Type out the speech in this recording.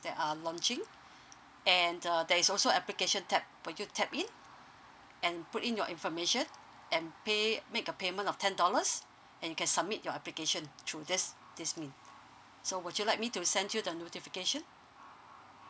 that are launching and uh there is also application tab for you to tap in and put in your information and pay make a payment of ten dollars and you can submit your application through these so would you like me to send you the notification